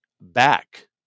back